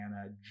Anna